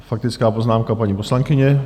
Faktická poznámka, paní poslankyně.